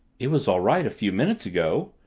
it was all right a few minutes ago,